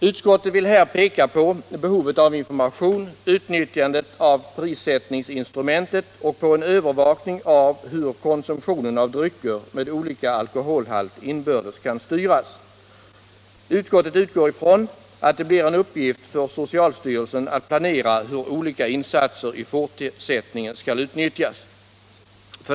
Utskottet vill här peka på behovet av information, på utnyttjandet av prissättningsinstrumentet och på en övervakning av hur konsumtionen av drycker med olika alkoholhalt inbördes kan styras.” Utskottet utgår ifrån att det blir en uppgift för socialstyrelsen att planera hur olika insatser i fortsättningen skall utnyttjas. 2.